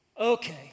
Okay